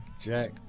Jack